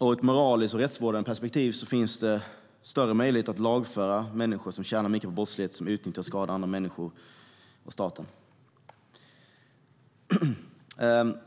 Ur ett moraliskt och rättsvårdande perspektiv finns det större möjligheter att lagföra människor som tjänar mycket på brottslighet och som utnyttjar och skadar andra människor och staten.